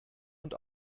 und